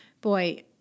boy